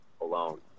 alone